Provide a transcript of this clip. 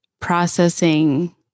processing